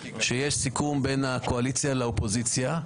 שיש סיכום בין הקואליציה לאופוזיציה.